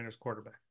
quarterback